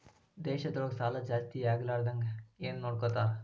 ದೇಶದೊಳಗ ಸಾಲಾ ಜಾಸ್ತಿಯಾಗ್ಲಾರ್ದಂಗ್ ಯಾರ್ನೊಡ್ಕೊತಾರ?